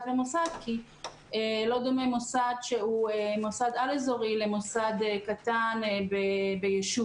ומוסד כי לא דומה מוסד שהוא מוסד על אזורי למוסד קטן ביישוב.